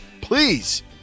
please